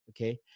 okay